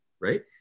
Right